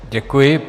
Děkuji.